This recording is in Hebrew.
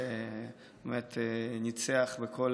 שניצח בכל